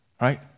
right